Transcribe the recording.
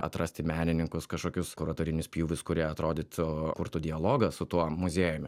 atrasti menininkus kažkokius kuratorinius pjūvius kurie atrodytų kurtų dialogą su tuo muziejumi